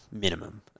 minimum